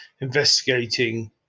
investigating